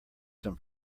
some